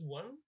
one